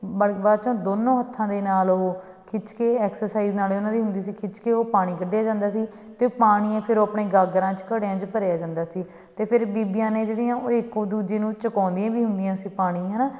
ਬਾ ਬਾਚੋਂ ਦੋਨੋਂ ਹੱਥਾਂ ਦੇ ਨਾਲ ਉਹ ਖਿੱਚ ਕੇ ਐਕਸਸਾਈਜ਼ ਨਾਲੇ ਉਹਨਾਂ ਦੀ ਹੁੰਦੀ ਸੀ ਖਿੱਚ ਕੇ ਉਹ ਪਾਣੀ ਕੱਢਿਆ ਜਾਂਦਾ ਸੀ ਅਤੇ ਪਾਣੀ ਫਿਰ ਉਹ ਆਪਣੇ ਗਾਗਰਾਂ 'ਚ ਘੜਿਆਂ 'ਚ ਭਰਿਆ ਜਾਂਦਾ ਸੀ ਅਤੇ ਫਿਰ ਬੀਬੀਆਂ ਨੇ ਜਿਹੜੀਆਂ ਉਹ ਇੱਕੋ ਦੂਜੇ ਨੂੰ ਚੁਕਾਉਂਦੀਆਂ ਵੀ ਹੁੰਦੀਆਂ ਸੀ ਪਾਣੀ ਹੈ ਨਾ